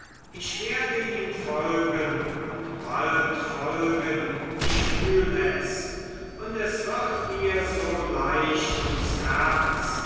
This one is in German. ich werde ihm folgen und bald folgen ich fühl es und es wird mir so leicht ums herz